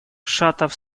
шатов